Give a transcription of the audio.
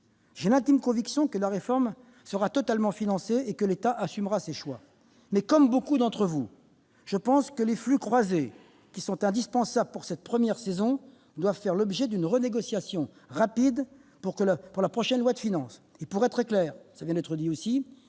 J'ai l'intime conviction que la réforme sera totalement financée et que l'État assumera ses choix. Mais comme beaucoup d'entre vous, mes chers collègues, je pense que les flux croisés qui sont indispensables pour cette première saison doivent faire l'objet d'une renégociation rapide pour la prochaine loi de finances. Pour être très clair, j'ai toujours